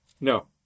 No